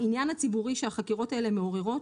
העניין הציבורי שהחקירות האלה מעוררות,